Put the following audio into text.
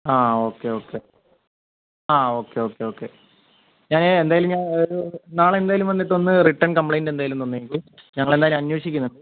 ആ okay okay ആ okay okay okay ഞാൻ എന്തായാലും ഞാൻ നാളെ എന്തായാലും വന്നിട്ടൊന്ന് റിട്ടൺ കമ്പ്ലണ്ടെന്തെലും തന്നേക്കൂ ഞങ്ങളെന്തായാലും അന്വേഷിക്കുന്നുണ്ട്